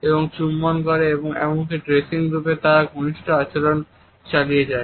এবং চুম্বন করে এবং এমনকি ড্রেসিংরুমেও তারা এই ঘনিষ্ঠ আচরণ চালিয়ে যায়